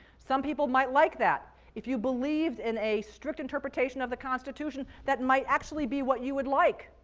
some people might like that. if you believed in a strict interpretation of the constitution, that might actually be what you would like.